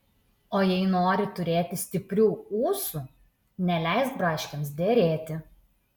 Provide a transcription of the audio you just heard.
o jei nori turėti stiprių ūsų neleisk braškėms derėti